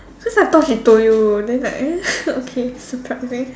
cause I thought she told you then like okay surprising